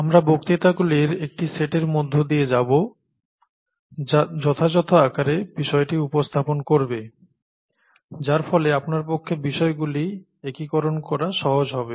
আমরা বক্তৃতাগুলির একটি সেটের মধ্য দিয়ে যাব যা যথাযথ আকারে বিষয়টি উপস্থাপন করবে যার ফলে আপনার পক্ষে বিষয়গুলি একীকরণ করা সহজ হবে